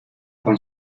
con